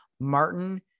Martin